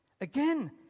Again